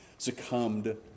succumbed